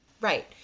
Right